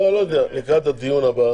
לקראת הדיון הבא